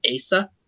Asa